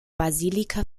basilika